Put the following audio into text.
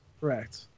Correct